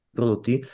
prodotti